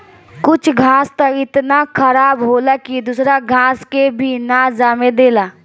कुछ घास त इतना खराब होला की दूसरा घास के भी ना जामे देला